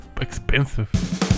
expensive